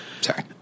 Sorry